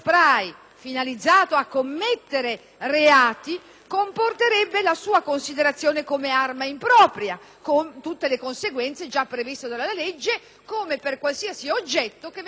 comporterebbe la sua considerazione come arma impropria, con tutte le conseguenze già previste dalla legge, come per qualsiasi altro oggetto che venisse utilizzato come strumento di aggressione.